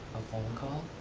phonecall?